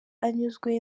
anyuzwe